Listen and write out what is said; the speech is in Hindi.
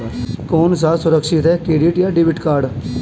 कौन सा सुरक्षित है क्रेडिट या डेबिट कार्ड?